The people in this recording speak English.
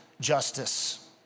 justice